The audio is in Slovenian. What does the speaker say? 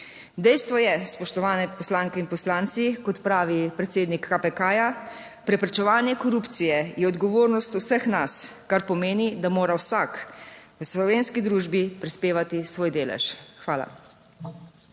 Dejstvo je, spoštovane poslanke in poslanci, kot pravi predsednik KPK, preprečevanje korupcije je odgovornost vseh nas, Kar pomeni, da mora vsak v slovenski družbi prispevati svoj delež. Hvala.